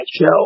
show